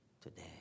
today